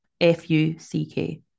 F-U-C-K